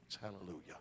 Hallelujah